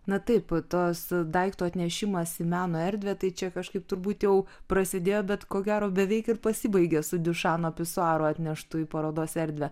na taip tas daikto atnešimas į meno erdvę tai čia kažkaip turbūt jau prasidėjo bet ko gero beveik ir pasibaigė su diušano pesuraso atneštu į parodos erdvę